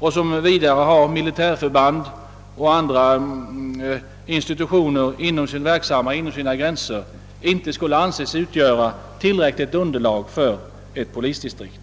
och som vidare har militärförband och andra institutioner inom sina gränser, inte skulle anses utgöra tillräckligt underlag för ett polisdistrikt.